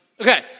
Okay